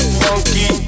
funky